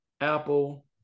Apple